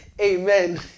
Amen